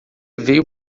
veio